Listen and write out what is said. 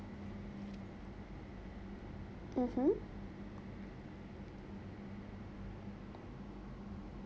mmhmm